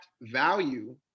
value